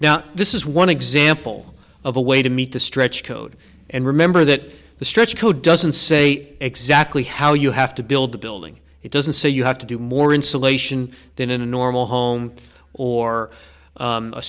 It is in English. now this is one example of a way to meet the stretch code and remember that the stretch code doesn't say exactly how you have to build the building it doesn't say you have to do more insulation than a normal home or